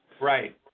Right